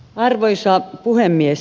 arvoisa puhemies